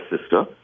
sister